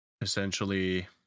Essentially